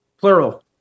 plural